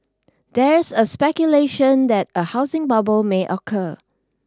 there is a speculation that a housing bubble may occur